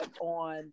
on